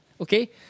okay